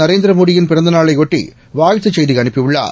நரேந்திர மோடியின் பிறந்த நாளையொட்டி வாழ்த்துச் செய்தி அனுப்பியுள்ளார்